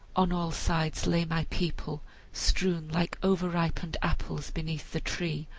on all sides lay my people strewn like over-ripened apples beneath the tree,